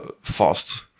fast